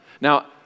Now